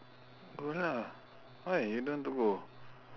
go lah why you don't want to go